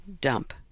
dump